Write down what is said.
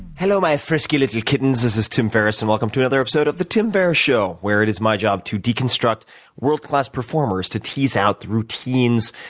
hello, my frisky little kittens. this is tim ferriss and welcome to another episode of the tim ferriss show where it is my job to deconstruct world class performers, to tease out the routines,